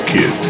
Kid